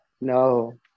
No